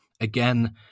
again